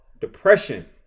depression